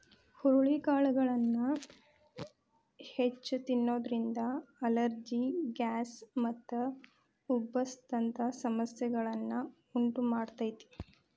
ಹುರಳಿಕಾಳನ್ನ ಹೆಚ್ಚ್ ತಿನ್ನೋದ್ರಿಂದ allergy, gas ಮತ್ತು ಉಬ್ಬಸ ದಂತ ಸಮಸ್ಯೆಗಳನ್ನ ಉಂಟಮಾಡ್ತೇತಿ